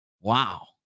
Wow